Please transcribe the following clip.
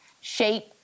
shape